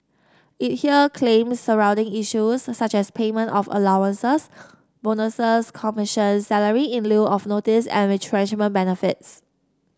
it hear claims surrounding issues such as payment of allowances bonuses commissions salary in lieu of notice and retrenchment benefits